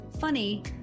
funny